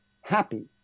happy